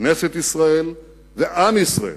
כנסת ישראל ועם ישראל